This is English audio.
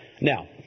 Now